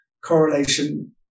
correlation